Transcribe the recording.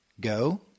go